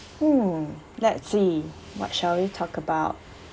hmm let's see what shall we talk about